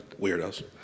Weirdos